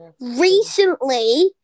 recently